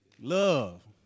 Love